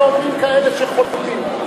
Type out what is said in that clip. זה אומרים כאלה שחולמים.